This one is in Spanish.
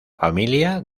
familia